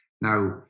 Now